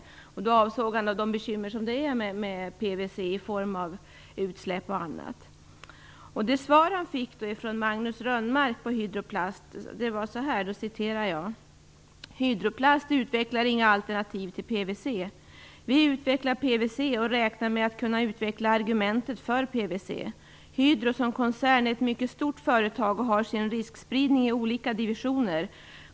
Med bekymmer avsåg han de bekymmer man har med PVC i form av utsläpp och annat. Det svar Magnus Rönnmark gav lydde så här: "Hydro Plast utvecklar inga alternativ till PVC. Vi utvecklar PVC och räknar med att kunna utveckla argumentet för PVC. Hydro som koncern är ett mycket stort företag och har sin riskspridning i olika divisioner.